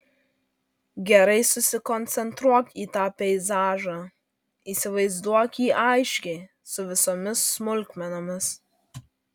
gerai susikoncentruok į tą peizažą įsivaizduok jį aiškiai su visomis smulkmenomis